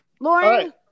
Lauren